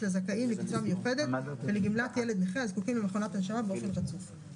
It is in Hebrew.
לזכאים לקצבה מיוחדת ולגמלת ילד נכה הזקוקים למכונת הנשמה באופן רצוף".